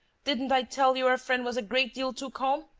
didn't i tell you our friend was a great deal too calm!